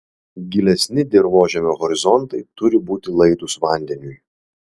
gilesni dirvožemio horizontai turi būti laidūs vandeniui